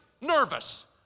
Nervous